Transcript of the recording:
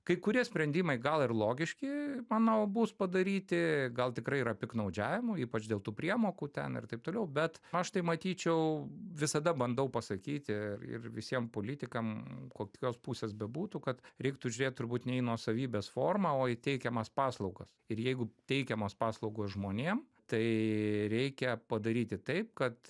kai kurie sprendimai gal ir logiški manau bus padaryti gal tikrai yra piktnaudžiavimų ypač dėl tų priemokų ten ir taip toliau bet aš tai matyčiau visada bandau pasakyti ir visiem politikam kokios pusės bebūtų kad reiktų žiūrėti turbūt ne į nuosavybės formą o į teikiamas paslaugas ir jeigu teikiamos paslaugos žmonėm tai reikia padaryti taip kad